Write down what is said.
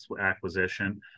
acquisition